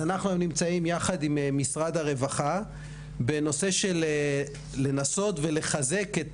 אנחנו נמצאים יחד עם משרד הרווחה בנושא של לנסות ולחזק את